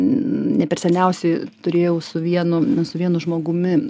neperseniausiai turėjau su vienu su vienu žmogumi